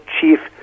chief